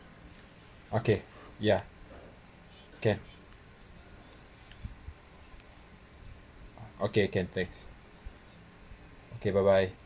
okay ya can okay can thanks okay bye bye